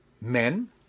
Men